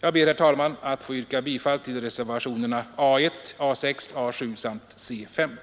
Jag ber, herr talman, att få yrka bifall till reservationerna A 1, A 6, A 7 och C.